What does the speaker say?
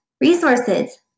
resources